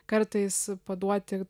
kartais paduoti